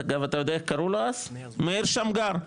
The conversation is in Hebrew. מאיר שמגר.